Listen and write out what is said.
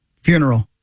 Funeral